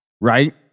right